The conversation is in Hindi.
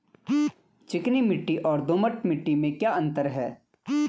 चिकनी मिट्टी और दोमट मिट्टी में क्या अंतर है?